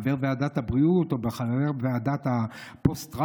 חבר ועדת הבריאות או חבר ועדת הפוסט-טראומה.